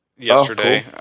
Yesterday